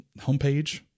homepage